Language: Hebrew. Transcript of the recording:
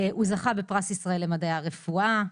הוא זכה בפרס ישראל למדעי הרפואה,